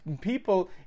people